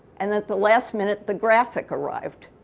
and at the last minute, the graphic arrived.